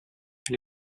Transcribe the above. elle